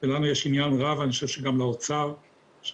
לנו יש עניין רב ואני חושב שגם לאוצר שהמפעילים